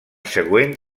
següent